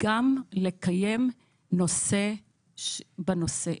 גם לקיים דיון בנושא,